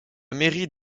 mairie